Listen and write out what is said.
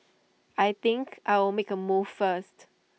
I think I'll make A move first